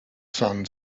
sun